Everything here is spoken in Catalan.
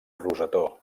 rosetó